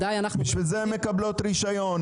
בשביל זה הן מקבלות רישיון,